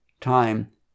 time